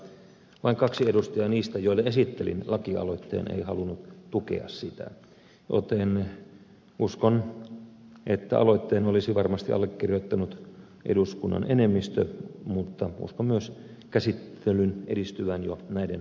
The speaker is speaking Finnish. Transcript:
vain kaksi edustajaa niistä joille esittelin lakialoitteen ei halunnut tukea sitä joten uskon että aloitteen olisi varmasti allekirjoittanut eduskunnan enemmistö mutta uskon myös käsittelyn edistyvän jo näiden allekirjoitusten myötä